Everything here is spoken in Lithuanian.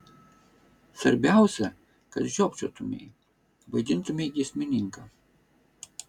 svarbiausia kad žiopčiotumei vaidintumei giesmininką